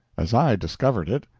as i discovered it,